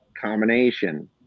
combination